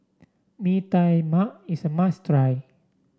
Mee Tai Mak is a must try